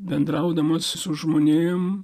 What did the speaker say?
bendraudamas su žmonėm